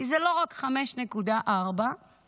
כי זה לא רק 5.4 מיליארד,